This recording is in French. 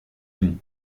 longs